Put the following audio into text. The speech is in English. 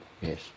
yes